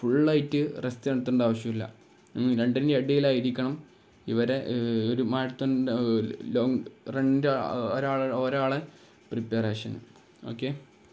ഫുള്ളായിട്ട് റെസ്റ്റ് എടുക്കേണ്ട ആവശ്യവുമില്ല ഉം രണ്ടിൻ്റെയും ഇടയിലായിരിക്കണം ഇവരുടെ ഒരു ലോങ് രണ്ണിന്റെ ഒരാളുടെ പ്രിപ്പറേഷന് ഓക്കെ